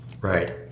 Right